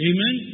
Amen